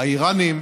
האיראנים,